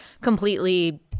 completely